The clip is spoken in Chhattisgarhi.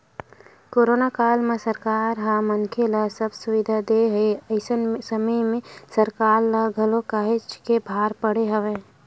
कोरोना काल म सरकार ह मनखे ल सब सुबिधा देय हे अइसन समे म सरकार ल घलो काहेच के भार पड़े हवय